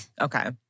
Okay